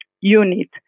unit